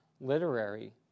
literary